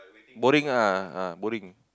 boring ah boring